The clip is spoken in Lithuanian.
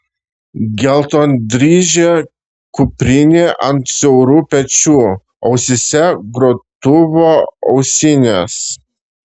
geltondryžė kuprinė ant siaurų pečių ausyse grotuvo ausinės